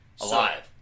Alive